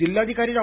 जिल्हाधिकारी डॉ